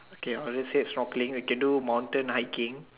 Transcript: okay obviously is straw playing we can do mountain hiking